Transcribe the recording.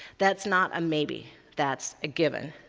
that's not a maybe that's a given.